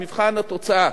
במבחן התוצאה